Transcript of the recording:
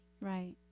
Right